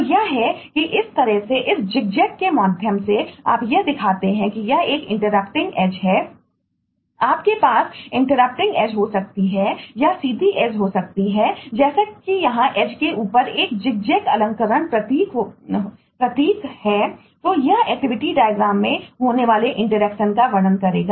तो यह है कि इस तरह के इस जिगजैग का वर्णन करेगा